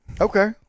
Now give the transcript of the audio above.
Okay